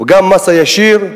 גם המס הישיר,